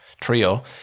trio